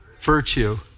virtue